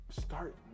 start